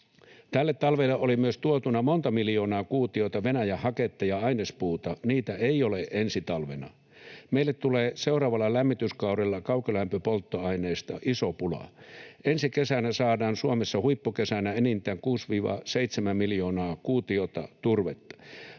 Tälle talvelle oli myös tuotuna monta miljoonaa kuutiota Venäjän haketta ja ainespuuta. Niitä ei ole ensi talvena. Meille tulee seuraavalla lämmityskaudella kaukolämpöpolttoaineista iso pula. Ensi kesänä saadaan Suomessa huippukesänä enintään kuusi—seitsemän miljoonaa kuutiota turvetta.